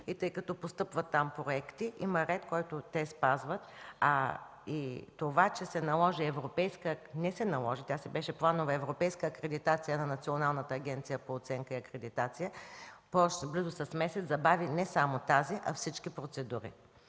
И тъй като постъпват там проекти, има ред, който те спазват. И това, че се наложи, не се наложи, тя си беше планова, европейска акредитация на Националната агенция по оценка и акредитация, просто близо с месец се забави не само тази, а и всички процедури.